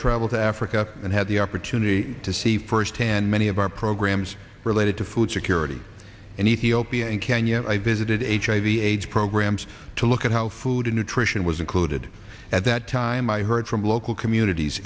traveled to africa and had the opportunity to see firsthand many of our programs related to food security in ethiopia and kenya i visited hiv aids programs to look at how food and nutrition was included at that time i heard from local communities